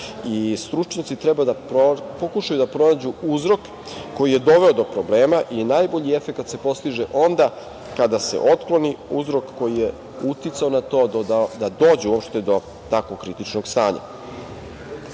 Stručnjaci treba da pokušaju da pronađu uzrok koji je doveo do problema i najbolji efekat se postiže onda kada se otkloni uzrok koji je uticao na to da dođe do takvog kritičnog stanja. Mi